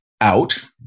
out